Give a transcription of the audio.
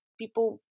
People